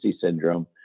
syndrome